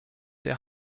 der